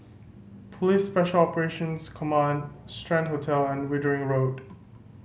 Police Special Operations Command Strand Hotel and Wittering Road